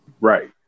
Right